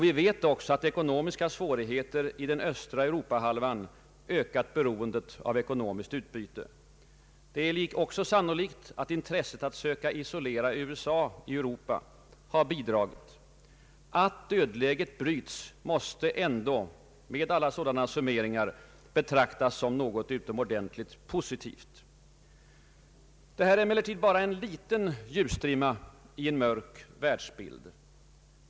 Vi vet också att ekonomiska svårigheter i den östra Europahalvan ökat beroendet av ekonomiskt utbyte. Det är även sannolikt att intresset att söka isolera USA i Europa har bidragit. Att dödläget bryts måste ändå med alla sådana summeringar betraktas som något positivt. Detta är emellertid bara en liten ljusstrimma i en mörk världsbild.